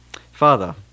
father